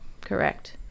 correct